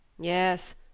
Yes